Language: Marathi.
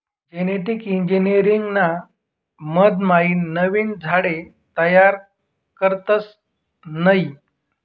जेनेटिक इंजिनीअरिंग ना मधमाईन नवीन झाडे तयार करतस नयी